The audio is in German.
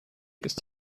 ist